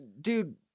Dude